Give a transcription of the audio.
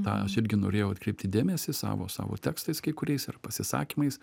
tą aš irgi norėjau atkreipti dėmesį savo savo tekstais kai kuriais ir pasisakymais